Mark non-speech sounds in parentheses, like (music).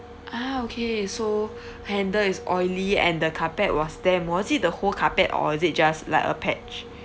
ah okay so (breath) handle is oily and the carpet was damp was it the whole carpet or is it just like a patch